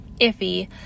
iffy